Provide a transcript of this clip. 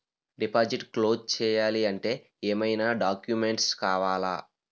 Deposit close చేయాలి అంటే ఏమైనా డాక్యుమెంట్స్ కావాలా?